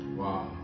wow